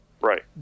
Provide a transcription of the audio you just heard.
Right